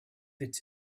its